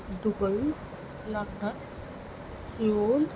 ڈیپل Ladakh civil